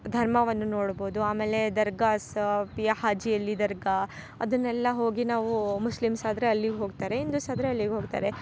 ಧರ್ಮವನ್ನು ನೊಡ್ಬೋದು ಆಮೇಲೆ ದರ್ಗಾಸ್ ಬಿಹಾಜಿಯಲ್ಲಿ ದರ್ಗಾ ಅದನ್ನೆಲ್ಲ ಹೋಗಿ ನಾವು ಮುಸ್ಲಿಮ್ಸ್ ಆದರೆ ಅಲ್ಲಿ ಹೋಗ್ತಾರೆ ಹಿಂದುಸ್ ಆದರೆ ಅಲ್ಲಿಗೆ ಹೋಗ್ತಾರೆ